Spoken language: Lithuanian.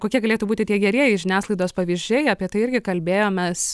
kokie galėtų būti tie gerieji žiniasklaidos pavyzdžiai apie tai irgi kalbėjomės